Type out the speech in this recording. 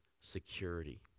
security